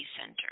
center